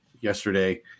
yesterday